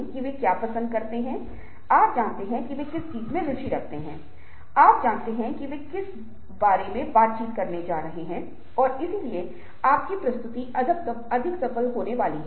यदि हम टोनिंग में हैं तो हमारी आवाज़ को विशिष्ट तरीकों से संशोधित किया जा सकता है जो कि बहुभाषी घटक है जहां बहुत बार हमारी भावना सबसे अधिक अभिव्यक्त होती है